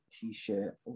t-shirt